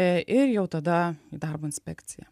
ir jau tada į darbo inspekciją